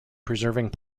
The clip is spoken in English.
preserving